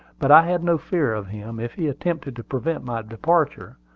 but i had no fear of him if he attempted to prevent my departure,